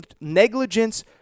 negligence